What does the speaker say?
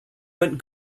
went